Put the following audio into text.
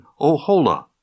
Ohola